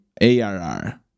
ARR